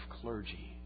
clergy